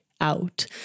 out